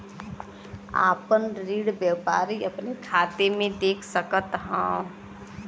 आपन ऋण व्यापारी अपने खाते मे देख सकत हौ